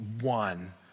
one